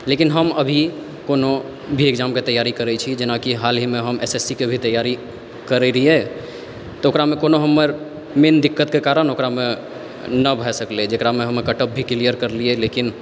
लेकिन हम अभी कोनो भी एक्जामके तैआरी करै छी जेनाकि हालहिमे हम एस एस सीके भी तैआरी करै रहिए तऽ ओकरामे कोनो हमर मेन दिक्कतके कारण ओकरामे नहि भऽ सकलै ओकरामे हमे कटऑफ भी क्लिअर करलिए लेकिन